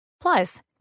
plus